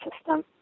system